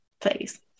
please